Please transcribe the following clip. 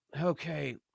okay